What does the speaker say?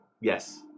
Yes